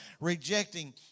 Rejecting